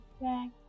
back